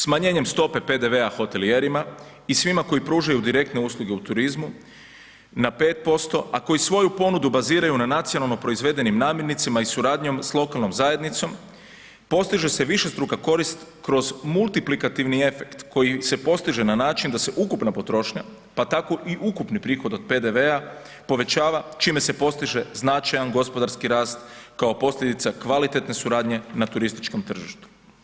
Smanjenjem stope PDV-a hotelijerima i svima koji pružaju direktne usluge u turizmu, na 5%, a koji svoju ponudu baziraju na nacionalno proizvedenim namirnicama i suradnjom s lokalnom zajednicom, postiže se višestruka korist kroz multiplikativni efekt koji se postiže na način da se ukupna potrošnja, pa tako i ukupni prihod od PDV-a povećava, čime se postiže značajan gospodarski rast kao posljedica kvalitetne suradnje na turističkom tržištu.